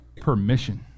Permission